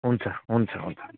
हुन्छ हुन्छ हुन्छ